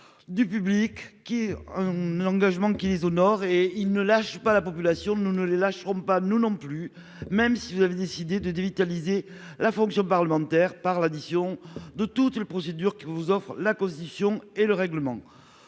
du public ; cet engagement les honore. Ils ne lâchent pas la population et nous ne les lâcherons pas non plus, même si vous avez décidé de dévitaliser la fonction parlementaire par l'addition de toutes les procédures que vous offrent la Constitution et le règlement.